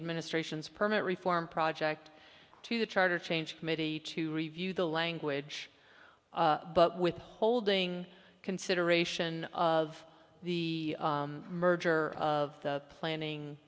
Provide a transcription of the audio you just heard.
administration's permit reform project to the charter change committee to review the language but withholding consideration of the merger of the planning